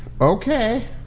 okay